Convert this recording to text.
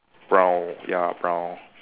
brown ya brown